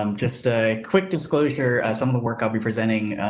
um just a quick disclosure. some of the work i'll be presenting,